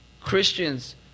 Christian's